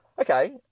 Okay